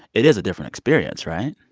it is a different experience, right?